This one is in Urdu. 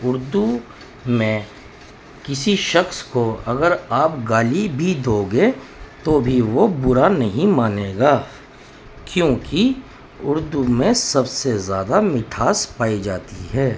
اردو میں کسی شخص کو اگر آپ گالی بھی دوگے تو بھی وہ برا نہیں مانے گا کیونکہ اردو میں سب سے زیادہ مٹھاس پائی جاتی ہے